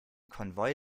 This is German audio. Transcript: konvoi